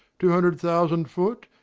two hundred thousand foot,